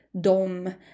dom